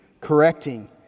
correcting